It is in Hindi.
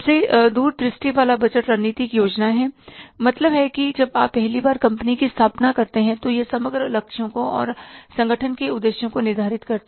सबसे दूर दृष्टि वाला बजट रणनीतिक योजना हैमतलब है कि जब आप पहली बार कंपनी की स्थापना करते हैं तो यह समग्र लक्ष्यों को और संगठन के उद्देश्यों को निर्धारित करता है